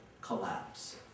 collapse